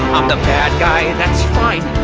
i'm the bad guy, and that's fine.